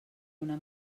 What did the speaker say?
una